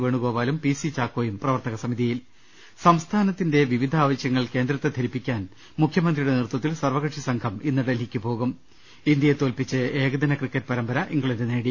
വേണു ഗോപാലും P C ചാക്കോയും പ്രവർത്തകസമിതിയിൽ സംസ്ഥാനത്തിന്റെ വിവിധ ആവശ്യങ്ങൾ കേന്ദ്രത്തെ ധരിപ്പിക്കാൻ മുഖ്യമന്ത്രിയുടെ നേതൃത്വത്തിൽ സർവകക്ഷി സംഘം ഇന്ന് ഡൽഹിക്ക് പോകും ഇന്ത്യയെ തോല്പിച്ച് ഏകദിന ക്രിക്കറ്റ് പരമ്പര ഇംഗ്ലണ്ട് നേടി